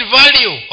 value